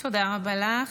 תודה רבה לך.